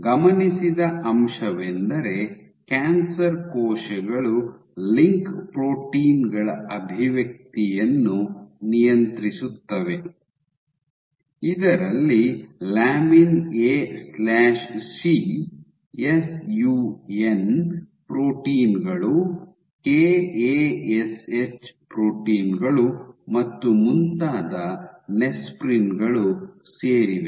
ಗಮನಿಸಿದ ಅಂಶವೆಂದರೆ ಕ್ಯಾನ್ಸರ್ ಕೋಶಗಳು ಲಿಂಕ್ ಪ್ರೋಟೀನ್ ಗಳ ಅಭಿವ್ಯಕ್ತಿಯನ್ನು ನಿಯಂತ್ರಿಸುತ್ತವೆ ಇದರಲ್ಲಿ lamin A C lamin AC SUN protein ಗಳು ಕೆಎಎಸ್ಹೆಚ್ ಪ್ರೋಟೀನ್ ಗಳು ಮತ್ತು ಮುಂತಾದ ನೆಸ್ಪ್ರಿನ್ ಗಳು ಸೇರಿವೆ